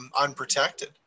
unprotected